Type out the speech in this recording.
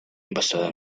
basada